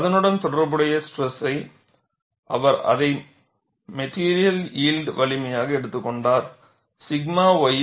அதனுடன் தொடர்புடைய ஸ்ட்ரெசை அவர் அதை மெட்டிரியல் யில்ட் வலிமையாக எடுத்துக்கொண்டார் 𝛔 ys